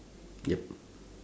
yup